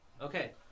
Okay